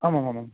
आममामाम्